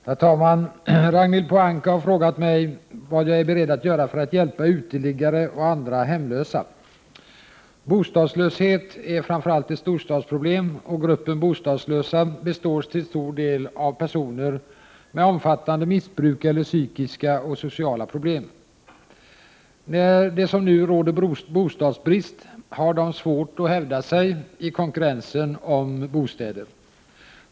Herr talman! Ragnhild Pohanka har frågat mig vad jag är beredd att göra för att hjälpa uteliggare och andra hemlösa. Bostadslösheten är framför allt ett storstadsproblem och gruppen bostadslösa består till stor del av personer med omfattande missbruk eller psykiska och sociala problem. När det som nu råder bostadsbrist har de svårt att hävda sig i konkurrensen om bostäder.